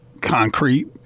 concrete